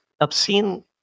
obscene